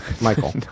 Michael